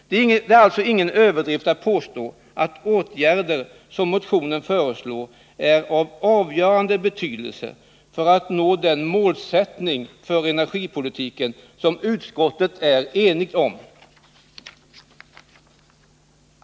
Det är alltså ingen överdrift att påstå att åtgärder som motionen föreslår är av avgörande betydelse för att nå den målsättning för energipolitiken som utskottet är enigt om.